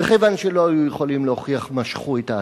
וכיוון שלא היו יכולים להוכיח הם משכו את העתירה,